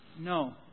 No